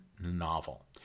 novel